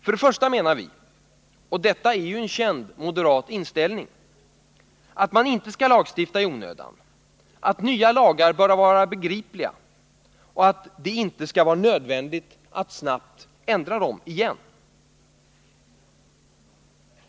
För det första menar vi — och detta är ju en känd moderat inställning — att man inte skall lagstifta i onödan, att nya lagar bör vara begripliga och att det inte skall vara nödvändigt att snabbt ändra dem igen.